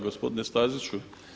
Gospodine Staziću.